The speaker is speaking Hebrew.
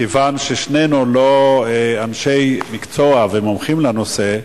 כיוון ששנינו לא אנשי מקצוע ומומחים לנושא,